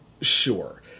sure